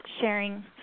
sharing